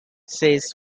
says